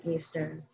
Eastern